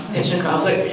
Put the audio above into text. catching conflict.